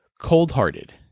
cold-hearted